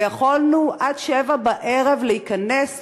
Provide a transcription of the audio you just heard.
ויכולנו עד 19:00 להיכנס,